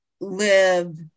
live